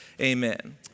Amen